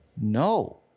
no